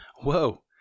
Whoa